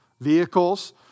vehicles